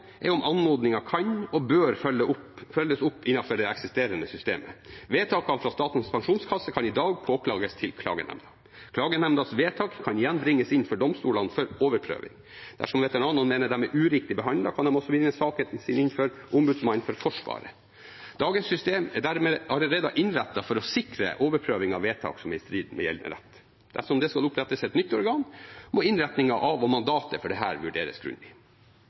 er om anmodningen kan og bør følges opp innenfor det eksisterende systemet. Vedtakene fra Statens pensjonskasse kan i dag påklages til klagenemnda. Klagenemndas vedtak kan igjen bringes inn for domstolene for overprøving. Dersom veteranene mener de er uriktig behandlet, kan de også bringe saken sin inn for Ombudsmannen for Forsvaret. Dagens system er dermed allerede innrettet for å sikre overprøving av vedtak som er i strid med gjeldende rett. Dersom det skal opprettes et nytt organ, må innretningen av og mandatet for dette vurderes grundig.